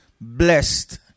blessed